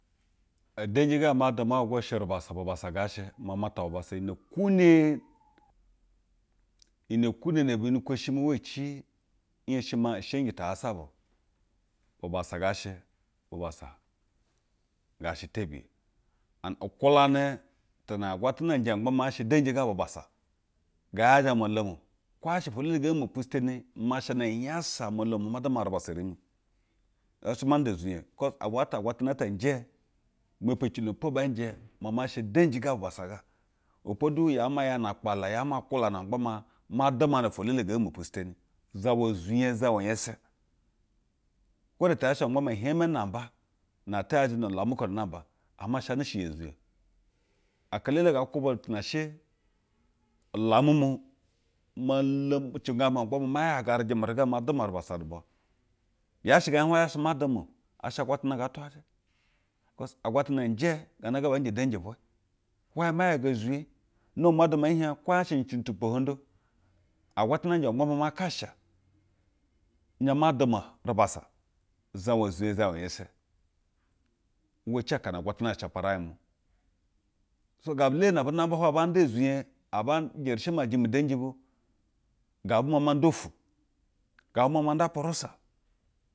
Edenji ga ama duma hwuyɛ go shɛ rubassa ngaa shɛ umamata bubassa iyi nɛ kuune. Iyi nɛ kwune ne egwunukwoshi mu uwa ci, nhenshi usheyinji to zasa ba o bubassa ngaa shɛ. Bubassa ngaa shɛ tebiye and nkwulanɛ tu na agwatana njɛ ma gbaa nshɛ denji ga bubassa. Ngaa yajɛ amɛ olom. Kwo yaa shɛ ofwo elele ngee meme pushteni ima nsha iyi unyasa amɛ olonu maa ma duma rubassa ri mi nzha shɛ ma nda ezuye o, kos ubwo ata agwatana at njɛ mepi ecilo na po bee njɛ ma ma sha denji ga bubassa ga. Uwɛ po du yaa ma yana akpolo, yaa ma nkwulana ma gba. Maa ma duma ug no ofwo elele ngee meme pushteni. Zawa ezuye uzawa nyɛsɛ. Kwo da tɛyaa ma gba ma ihiɛmɛ namba, na atɛ yajɛ nu ulamu uko namba, ama i shanɛ shɛ iyi ezuge o. Aka elele ngaa kwubɛ bụtụ na ulamu mu. Imo lomi cinga ame ma gba maa ma yoga rɛjɛme ru ga, ma duma rubassa nuubwa yaa shɛ ngɛɛ hiɛ-g hwayɛ nzha shɛ ma duma o, asha agwatana ngaatuwajɛ. Kos, agwatana njɛ gana ga baa njɛ udenji vwɛ. Hwayɛ ma yaga ezuye. Nom ma duma n hiɛg kwo yaa shɛ na cɛnjɛ tupohondo agwata njɛ ma gba maa ma kasha, nzhɛ ma duma rubassa, uzawa zuye uzaura nyɛsɛ uuwa ci akana agwatana zhɛ shapa uraig mu. So, gabu elele na bu, namɛ hwayɛ ba nda ezuye, aba jerishi maa jɛmɛ denji bu, gabu bu ma ma nda ufwu gabu bu ma ma nda upurusa.